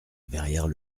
verrières